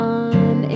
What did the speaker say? on